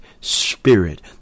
spirit